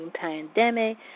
pandemic